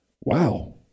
wow